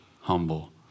humble